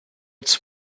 its